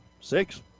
six